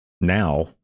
now